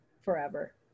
forever